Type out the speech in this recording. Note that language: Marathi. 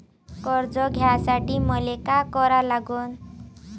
कर्ज घ्यासाठी मले का करा लागन?